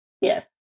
yes